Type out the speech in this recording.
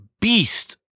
beast